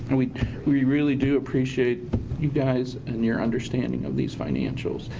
and we we really do appreciate you guys and your understanding of these financials.